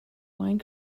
wine